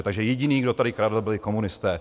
Takže jediný, kdo tady kradl, byli komunisté.